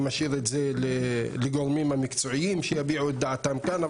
אני משאיר את זה לגורמים המקצועיים שיביעו את דעתם כאן,